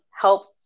help